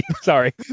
Sorry